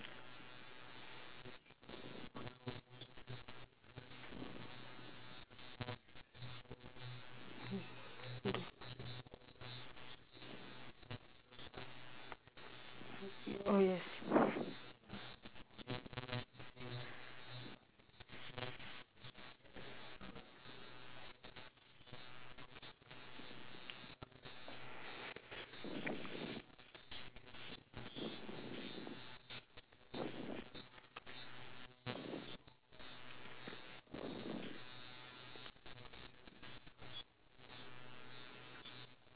mm oh yes